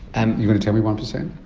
and you going to tell me one percent?